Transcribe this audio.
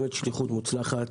זו באמת שליחות מוצלחת.